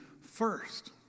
first